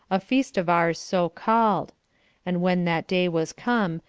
a feast of ours so called and when that day was come,